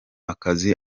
akazi